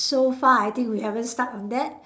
so far I think we haven't start on that